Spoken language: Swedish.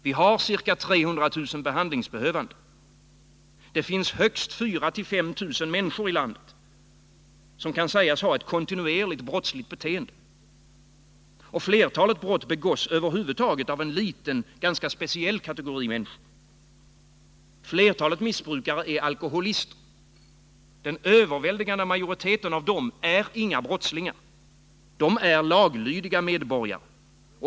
Vi har ca 300 000 behandlingsbehövande. Det finns högst 4 000 å 5 000 människor i landet som kan sägas ha ett kontinuerligt brottsligt beteende. Flertalet brott begås av en liten, ganska speciell kategori människor. Flertalet missbrukare är alkoholister. Den överväldigande majoriteten av dem är inga brottslingar. De är laglydiga medborgare.